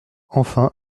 enfin